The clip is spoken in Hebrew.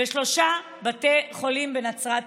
ושלושה בתי חולים בנצרת.